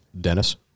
Dennis